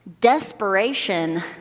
desperation